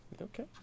Okay